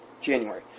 January